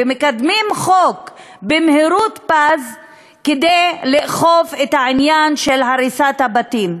ומקדמים חוק במהירות שיא כדי לאכוף את העניין של הריסת הבתים.